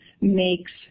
makes